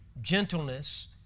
gentleness